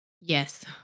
Yes